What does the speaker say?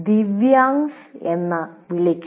ദിവ്യാങ്സ് എന്ന് വിളിക്കുന്നു